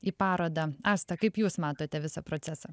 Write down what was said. į parodą asta kaip jūs matote visą procesą